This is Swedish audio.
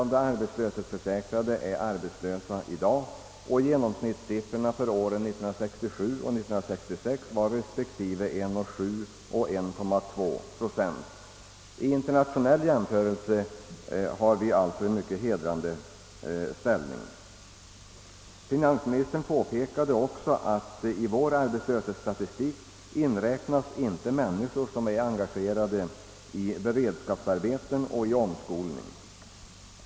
Av de arbetslöshetsförsäkrade är i dag 2,2 procent arbetslösa och genomsnittssiffrorna för åren 1967 och 1966 var respektive 1,7 och 1,2 procent. Vid en internationell jämförelse intar vi en mycket hedrande ställning. Finansministern påpekade också att man i vår arbetslöshetsstatistik inte inräknar människor som är engagerade i beredskapsarbeten och i omskolning.